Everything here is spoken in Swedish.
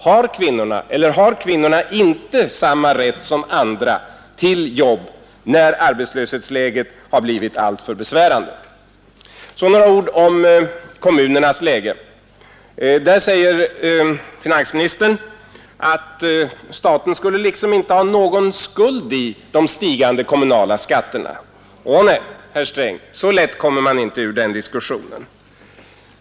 Har kvinnorna eller har de inte samma rätt till arbete som andra när arbetslöshetsläget blir alltför besvärande? Så några ord om kommunernas läge! Finansministern säger att staten inte skulle ha någon skuld i att kommunalskatten stiger. Ånej, herr Sträng, så lätt kommer man inte ur den diskussionen.